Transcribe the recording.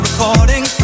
Recording